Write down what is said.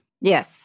Yes